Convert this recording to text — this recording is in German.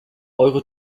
eure